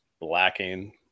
lacking